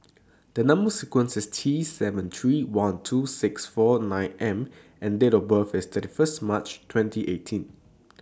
The Number sequence IS T seven three one two six four nine M and Date of birth IS thirty First March twenty eighteen